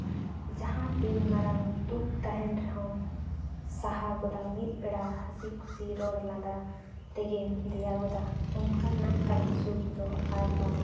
ᱡᱟᱦᱟᱸ ᱛᱤᱱ ᱢᱟᱨᱟᱝ ᱫᱩᱠ ᱛᱟᱦᱮᱱ ᱨᱮᱦᱚᱸ ᱥᱟᱦᱟ ᱜᱚᱫᱟᱭ ᱢᱤᱫ ᱵᱮᱲᱟ ᱦᱟᱥᱤᱼᱠᱷᱩᱥᱤ ᱨᱚᱲᱼᱞᱟᱸᱫᱟ ᱛᱮᱜᱮᱢ ᱫᱮᱭᱟ ᱜᱚᱫᱟ ᱚᱱᱠᱟᱱᱟᱜ ᱠᱟᱱᱟ ᱥᱩᱠ ᱫᱚ ᱟᱨᱵᱟᱝ